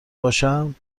باشم